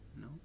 No